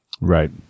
Right